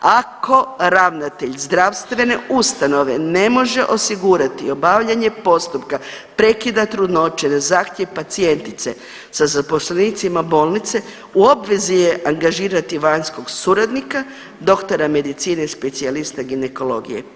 Ako ravnatelj zdravstvene ustanove ne može osigurati obavljanje postupka prekida trudnoće na zahtjev pacijentice sa zaposlenicima bolnice u obvezi je angažirati vanjskog suradnika, doktora medicine specijalista ginekologije.